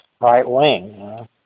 right-wing